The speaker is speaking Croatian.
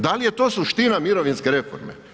Da li je to suština mirovinske reforme?